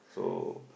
so